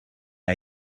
are